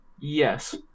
yes